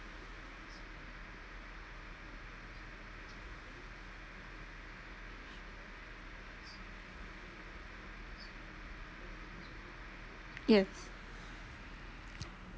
yes